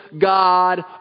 God